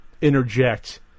interject